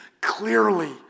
clearly